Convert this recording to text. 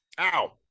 Ow